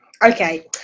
Okay